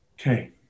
Okay